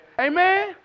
Amen